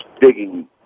digging